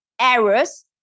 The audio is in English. errors